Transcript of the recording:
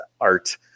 art